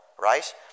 right